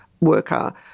worker